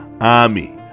army